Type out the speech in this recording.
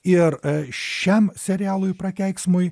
ir šiam serialui prakeiksmui